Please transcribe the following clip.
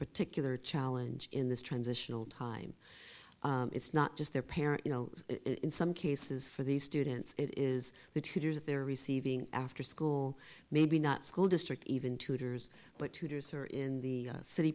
particular challenge in this transitional time it's not just their parent you know in some cases for these students it is the tutors that they're receiving after school maybe not school district even tutors but tutors who are in the city